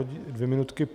Dvě minuty.